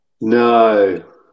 No